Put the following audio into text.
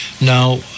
Now